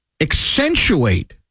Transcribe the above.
accentuate